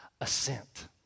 assent